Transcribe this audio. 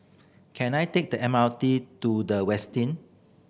can I take the M R T to The Westin